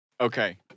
Okay